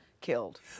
killed